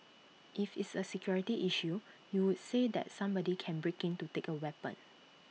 if it's A security issue you would say that somebody can break in to take A weapon